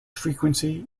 frequency